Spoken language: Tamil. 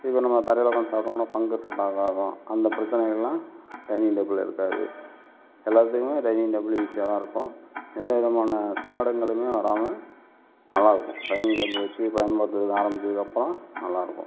இதுவே நம்ம தரையில் உக்கார்ந்து சாப்ட்டோம்னா ஃபங்கஸ் அட்டாக்காகும் அந்த பிரச்சனைகள்லாம் டைனிங் டேபிளில் இருக்காது எல்லாத்துக்குமே டைனிங் டேபிள் ஈசியாகதான் இருக்கும் எந்தவிதமான சங்கடங்களுமே வராமல் நல்லாயிருக்கும் டைனிங் டேபிள் வச்சு பயன்படுத்த ஆரம்பிச்சதுக்கு அப்புறம் நல்லாயிருக்கும்